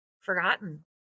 forgotten